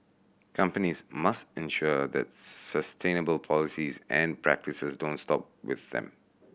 companies must ensure that sustainable policies and practices don't stop with them